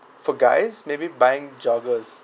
for guys maybe buying joggers